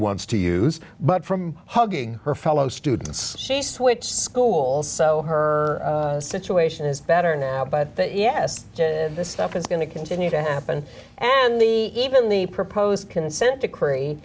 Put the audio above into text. wants to use but from hugging her fellow students she switch schools so her situation is better now but yes this stuff is going to continue to happen and the even the proposed consent decree